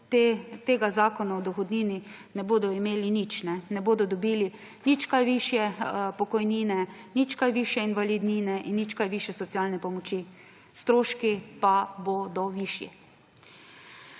tega Zakona o dohodnini ne bodo imeli nič, ne bodo dobili nič kaj višje pokojnine, nič kaj višje invalidnine in nič kaj višje socialne pomoči, stroški pa bodo višji.